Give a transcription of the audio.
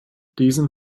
diesen